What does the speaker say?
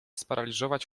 sparaliżować